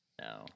No